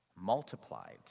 multiplied